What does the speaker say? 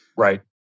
Right